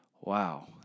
wow